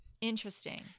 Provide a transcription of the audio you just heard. Interesting